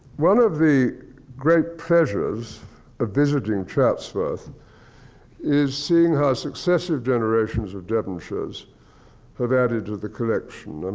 one of the great pleasures of visiting chatsworth is seeing how successive generations of devonshires have added to the collection. and